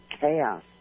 chaos